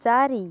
ଚାରି